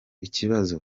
ikibazo